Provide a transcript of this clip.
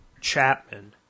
Chapman